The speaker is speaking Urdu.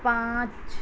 پانچ